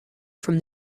from